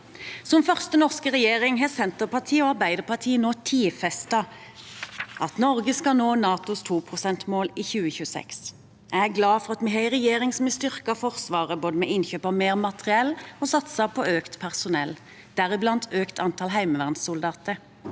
Som første norske regjering har Senterpartiet og Arbeiderpartiet nå tidfestet at Norge skal nå NATOs 2-prosentmål i 2026. Jeg er glad for at vi har en regjering som har styrket Forsvaret både ved innkjøp av mer materiell og ved satsing på økt personell, deriblant økt antall heimevernssoldater.